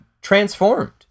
transformed